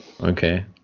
Okay